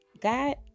God